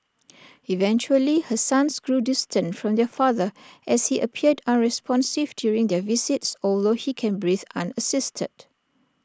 eventually her sons grew distant from their father as he appeared unresponsive during their visits although he can breathe unassisted